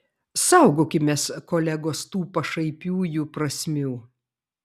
saugokimės kolegos tų pašaipiųjų prasmių